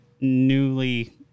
newly